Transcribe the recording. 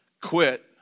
quit